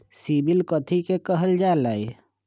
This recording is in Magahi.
सिबिल कथि के काहल जा लई?